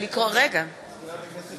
מזכירת הכנסת,